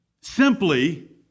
simply